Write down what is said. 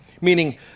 meaning